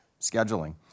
scheduling